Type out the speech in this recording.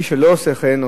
מי שלא עושה כן,